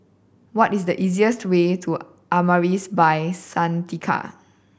what is the easiest way to Amaris By Santika